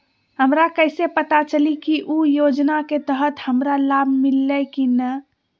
हमरा कैसे पता चली की उ योजना के तहत हमरा लाभ मिल्ले की न?